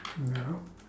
no